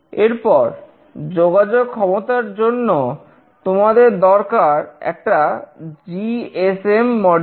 এরপর যোগাযোগ ক্ষমতার জন্য তোমাদের দরকার একটা জিএসএম মডিউল